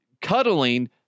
cuddling